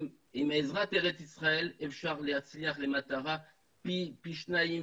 עם עזרת ארץ ישראל אפשר להצליח להגיע למטרה פי שניים,